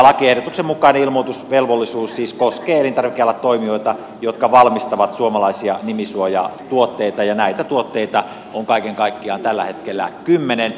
lakiehdotuksen mukaan ilmoitusvelvollisuus siis koskee elintarvikealan toimijoita jotka valmistavat suomalaisia nimisuojatuotteita ja näitä tuotteita on kaiken kaikkiaan tällä hetkellä kymmenen